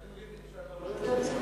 אתה רוצה להגיד שאתה לא יודע את זה?